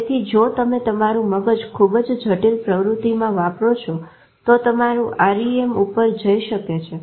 તેથી જો તમે તમારું મગજ ખુબ જ જટિલ પ્રવૃતિમાં વાપરો છો તો તમારું REM ઉપર જઈ શકે છે